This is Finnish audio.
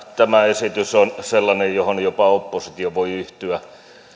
tämä esitys on sellainen johon jopa oppositio voi yhtyä